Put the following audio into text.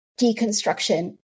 deconstruction